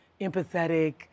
empathetic